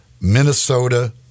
Minnesota